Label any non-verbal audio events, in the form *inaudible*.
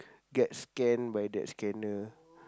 gets scanned by the scanner *noise*